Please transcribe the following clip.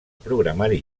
programari